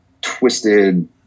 twisted